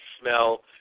smell